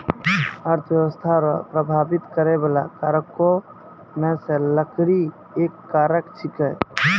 अर्थव्यस्था रो प्रभाबित करै बाला कारको मे से लकड़ी एक कारक छिकै